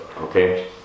okay